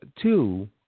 Two